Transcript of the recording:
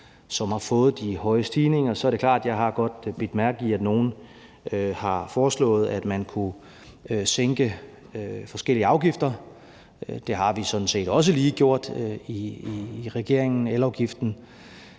som har fået de høje stigninger, er det er klart, at jeg godt har bidt mærke i, at nogle har foreslået, at man kunne sænke forskellige afgifter. Det har vi sådan set også lige gjort i regeringen med elafgiften.